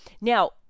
Now